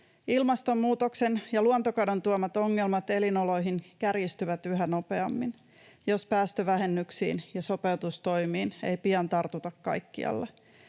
Ilmastonmuutoksen ja luontokadon tuomat ongelmat elinoloihin kärjistyvät yhä nopeammin, jos päästövähennyksiin ja sopeutustoimiin ei pian tartuta kaikkialla.